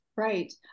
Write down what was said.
Right